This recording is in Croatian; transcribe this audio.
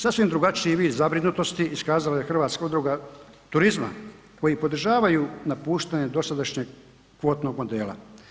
Sasvim drugačiji vid zabrinutosti iskazala je Hrvatska udruga turizma koji podržavaju napuštanje dosadašnjeg kvotnog modela.